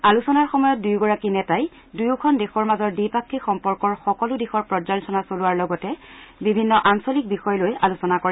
আলোচনাৰ সময়ত দুয়োগৰাকী নেতাই দুয়োখন দেশৰ মাজৰ দ্বিপাক্ষিক সম্পৰ্কৰ সকলো দিশৰ পৰ্যালোচনা চলোৱাৰ লগতে বিভিন্ন আঞ্চলিক বিষয় লৈ আলোচনা কৰে